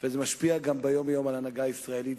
וזה משפיע גם ביום-יום על ההנהגה הישראלית.